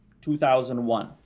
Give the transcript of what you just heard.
2001